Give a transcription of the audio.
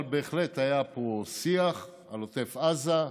אבל בהחלט היה פה שיח על עוטף עזה,